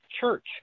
church